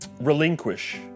relinquish